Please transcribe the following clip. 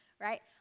Right